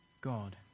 God